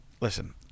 listen